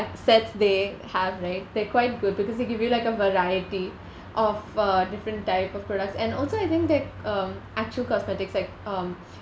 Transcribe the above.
sets they have right they're quite good because they give you like a variety of uh different type of products and also I think that um actual cosmetics like um